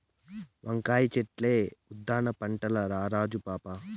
వంకాయ చెట్లే ఉద్దాన పంటల్ల రాజు పాపా